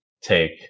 take